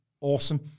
awesome